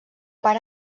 per